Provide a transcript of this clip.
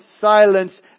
silence